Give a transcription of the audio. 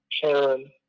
Karen